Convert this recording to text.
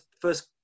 first